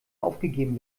aufgegeben